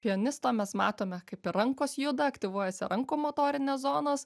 pianisto mes matome kaip ir rankos juda aktyvuojasi rankų motorinės zonos